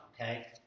okay